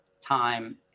time